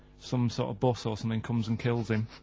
some sort of bus or something comes and kills him.